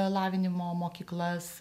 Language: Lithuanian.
lavinimo mokyklas